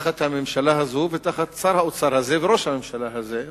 תחת הממשלה הזאת ותחת שר האוצר הזה וראש הממשלה הזאת,